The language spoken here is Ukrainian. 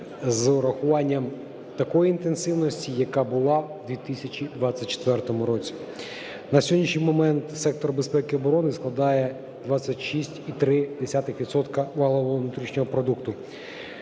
з урахуванням такої інтенсивності, яка була у 2024 році. На сьогоднішній момент сектор безпеки і оборони складає 26,3 відсотка валового внутрішнього продукту.